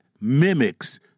mimics